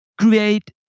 create